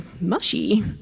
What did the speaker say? mushy